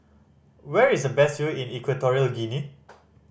where is the best view in Equatorial Guinea